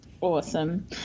Awesome